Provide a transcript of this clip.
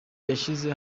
yashize